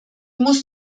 muss